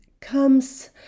comes